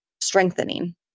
strengthening